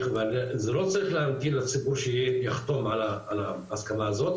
לא צריך להרגיל לציבור שיחתום על ההסכמה הזאת,